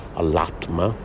all'atma